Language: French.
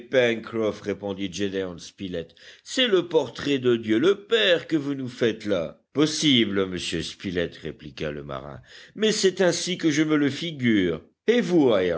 spilett c'est le portrait de dieu le père que vous nous faites là possible monsieur spilett répliqua le marin mais c'est ainsi que je me le figure et vous